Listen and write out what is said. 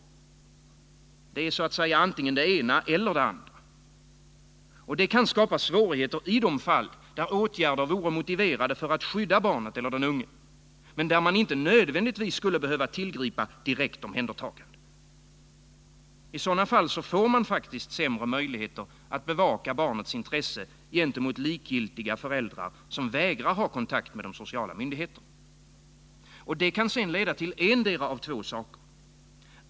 Det är så att säga antingen det eller det andra. Det kan skapa svårigheter i de fall där åtgärder vore motiverade för att skydda barnet eller den unge men där man inte nödvändigtvis behöver tillgripa direkt omhändertagande. I sådana fall får man faktiskt sämre möjligheter att bevaka barnets intresse gentemot likgiltiga föräldrar, som vägrar ha kontakt med de sociala myndigheterna. Detta kan leda till endera av två saker.